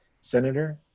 senator